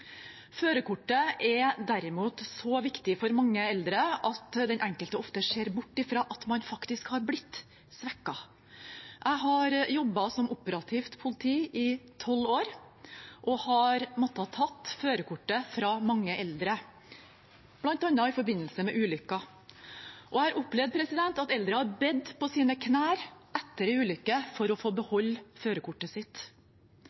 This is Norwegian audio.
Førerkortet er derimot så viktig for mange eldre at den enkelte ofte ser bort fra at man faktisk er blitt svekket. Jeg har jobbet som operativt politi i tolv år og har måttet ta førerkortet fra mange eldre, bl.a. i forbindelse med ulykker. Og jeg har opplevd at eldre har bedt på sine knær etter en ulykke om å få beholde førerkortet sitt.